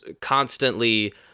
constantly